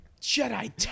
jedi